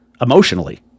emotionally